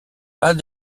pas